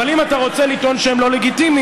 אבל אם אתה רוצה לטעון שהם לא לגיטימיים,